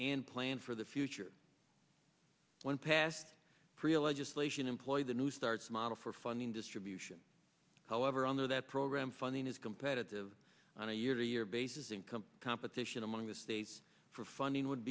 and plan for the future when past priya legislation employed the new starts model for funding distribution however under that program funding is competitive on a year to year basis income competition among the states for funding would